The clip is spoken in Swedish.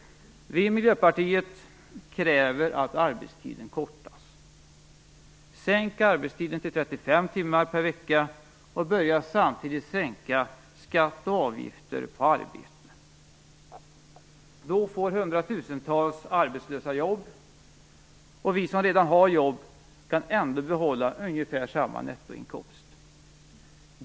Vi i Miljöpartiet kräver att arbetstiden kortas. Sänk arbetstiden till 35 timmar per vecka, och börja samtidigt sänka skatt och avgifter på arbete! Då får hundratusentals arbetslösa jobb, och vi som redan har jobb kan ändå behålla ungefär samma nettoinkomst.